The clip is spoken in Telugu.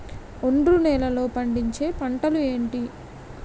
ఒండ్రు నేలలో పండించే పంటలు ఏంటి?